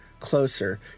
Closer